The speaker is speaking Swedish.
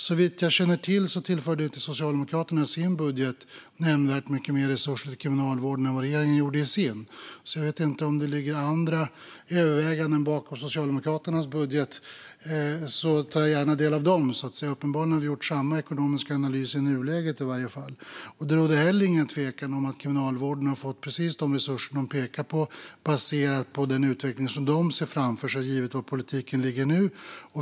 Såvitt jag känner till tillförde inte Socialdemokraterna i sin budget nämnvärt mycket mer resurser till Kriminalvården än vad regeringen gjorde i sin. Jag vet inte om det ligger andra överväganden bakom Socialdemokraternas budget, och jag tar gärna del av dem. Uppenbarligen har vi gjort samma ekonomiska analys i nuläget. Det råder heller inget tvivel om att Kriminalvården har fått precis de resurser man pekar på baserat på den utveckling som man ser framför sig givet var politiken ligger nu.